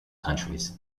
countries